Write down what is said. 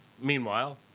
meanwhile